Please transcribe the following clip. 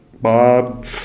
Bob